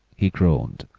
he groaned.